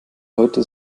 leute